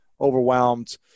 overwhelmed